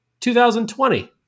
2020